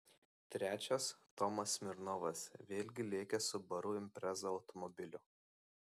trečias tomas smirnovas vėlgi lėkęs subaru impreza automobiliu